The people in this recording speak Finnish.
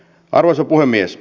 arvoisa puhemies